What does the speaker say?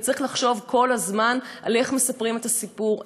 וצריך לחשוב כל הזמן על איך מספרים את הסיפור,